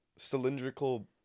cylindrical